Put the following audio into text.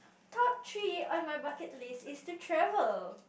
top three on my bucket list is to travel